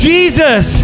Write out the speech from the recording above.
Jesus